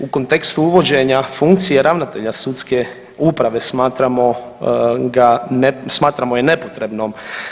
U kontekstu uvođenja funkcije ravnatelja sudske uprave smatramo ga, smatramo je nepotrebnom.